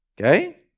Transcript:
Okay